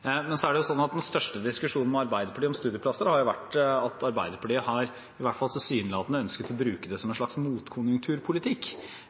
Men den største diskusjonen med Arbeiderpartiet om studieplasser har vært at Arbeiderpartiet i hvert fall tilsynelatende har ønsket å bruke det som